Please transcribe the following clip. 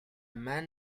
man